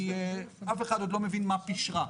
שאף אחד לא מבין מה פשרה.